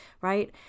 right